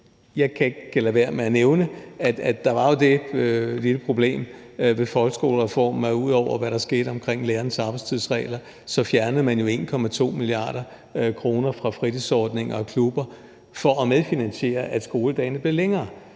jeg kan ikke lade være med at nævne, at der jo var det lille problem ved folkeskolereformen, at ud over hvad der skete omkring lærernes arbejdstidsregler, fjernede man jo 1,2 mia. kr. fra fritidsordninger og klubber for at medfinansiere, at skoledagene blev længere.